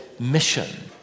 mission